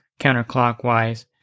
counterclockwise